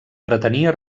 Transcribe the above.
pretenia